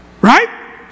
right